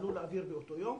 הן עלו לאוויר באותו יום.